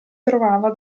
trovava